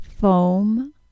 foam